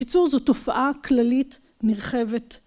בקיצור זו תופעה כללית נרחבת.